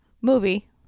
Movie